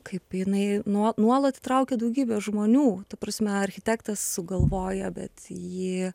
kaip jinai nuo nuolat traukia daugybę žmonių ta prasme architektas sugalvoja bet jį